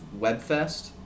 Webfest